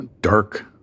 Dark